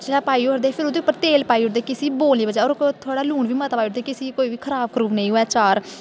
शैल पाई औड़दे फिर उ'दे पर तेल पाई औड़दे कि इस्सी बोल निं बज्जै होर थोह्ड़ा लून बी मता पाई औड़दे कि खराब खरूब नेईं होए चा'र